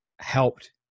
helped